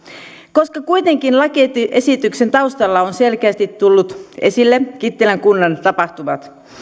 koska kuitenkin lakiesityksen taustalla ovat selkeästi tulleet esille kittilän kunnan tapahtumat